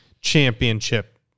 championship